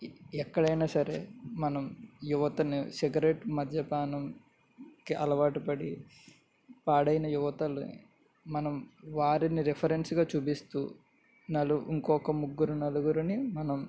ఎక్కడైనా సరే మనం యువతను సిగరెట్ మధ్యపానంకి అలవాటు పడి పాడైన యువతలు మనం వారిని రిఫరెన్స్గా చూపిస్తూ నలు ఇంకొక ముగ్గురు నలుగురిని మనం